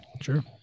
sure